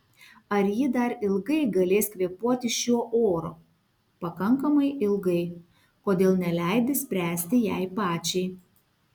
ar ji dar ilgai galės kvėpuoti šiuo oru pakankamai ilgai kodėl neleidi spręsti jai pačiai